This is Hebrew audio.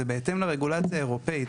זה בהתאם לרגולציה האירופאית,